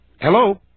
Hello